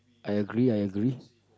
I agree I agree